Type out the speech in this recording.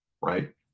Right